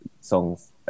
songs